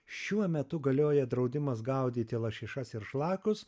šiuo metu galioja draudimas gaudyti lašišas ir šlakus